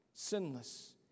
Sinless